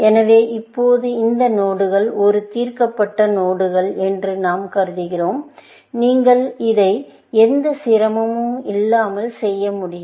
எனவே இப்போது இந்த நோடுகள் ஒரு தீர்க்கப்பட்ட நோடுகள் என்று நாம் கருதுகிறோம் நீங்கள் இதை எந்த சிரமமும் இல்லாமல் செய்ய முடியும்